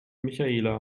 michaela